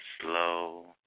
slow